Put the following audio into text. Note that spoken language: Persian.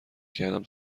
کردم